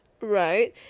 right